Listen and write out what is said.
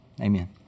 Amen